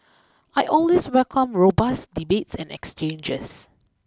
I always welcome robust debates and exchanges